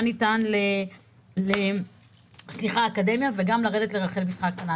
מה ניתן לאקדמיה וגם לרדת לרחל בתך הקטנה.